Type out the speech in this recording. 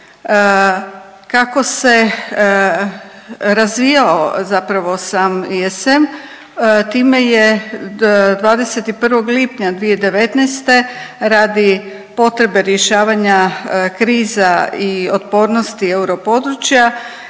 Kako se razvijao zapravo sam ESM time je 21. lipnja 2019. radi potrebe rješavanja kriza i otpornosti europodručja,